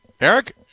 Eric